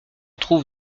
trouve